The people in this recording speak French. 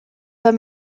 pas